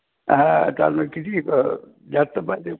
हा किती जास्त पाहिजे